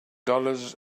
dollars